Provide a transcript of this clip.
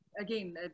again